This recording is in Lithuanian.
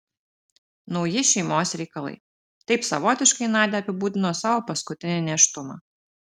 nauji šeimos reikalai taip savotiškai nadia apibūdino savo paskutinį nėštumą